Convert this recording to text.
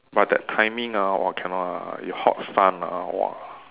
but that timing ah !whoa! cannot ah the hot sun ah !whoa!